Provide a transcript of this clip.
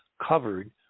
covered